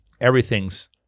everything's